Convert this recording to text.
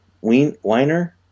Weiner